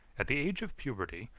at the age of puberty,